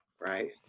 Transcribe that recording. right